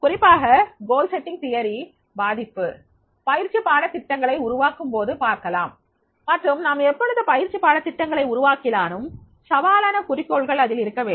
குறிப்பாக குறிக்கோள் அமைக்கும் கோட்பாடு பாதிப்பு பயிற்சி பாடத்திட்டங்களை உருவாக்கும் போது பார்க்கலாம் மற்றும் நாம் எப்பொழுது பயிற்சி பாடத்திட்டங்களை உருவாக்கினாலும் சவாலான குறிக்கோள்கள் அதில் இருக்க வேண்டும்